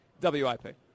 WIP